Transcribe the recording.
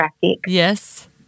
Yes